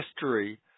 history